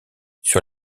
sur